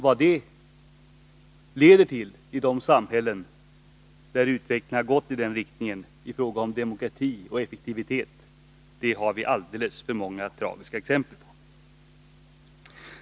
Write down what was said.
Vad det leder till i fråga om demokrati och effektivitet i de samhällen där utvecklingen gått i denna riktning har vi alldeles för många tragiska exempel på.